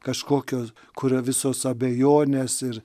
kažkokios kurio visos abejonės ir